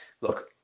look